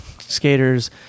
skaters